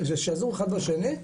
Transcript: זה שזור אחד בשני,